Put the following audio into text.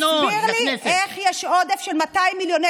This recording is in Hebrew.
תסביר לי: איך יש עודף של 200 מיליוני